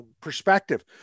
perspective